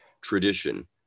tradition